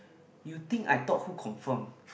you think I thought who confirm